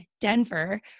Denver